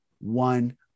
one